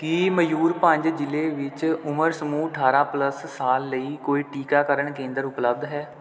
ਕੀ ਮਯੂਰਭੰਜ ਜ਼ਿਲ੍ਹੇ ਵਿੱਚ ਉਮਰ ਸਮੂਹ ਅਠਾਰਾਂ ਪਲੱਸ ਸਾਲ ਲਈ ਕੋਈ ਟੀਕਾਕਰਨ ਕੇਂਦਰ ਉਪਲਬਧ ਹੈ